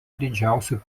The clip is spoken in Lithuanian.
didžiausių